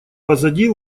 позади